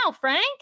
Frank